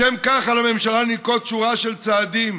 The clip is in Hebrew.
לשם כך, על הממשלה לנקוט שורה של צעדים,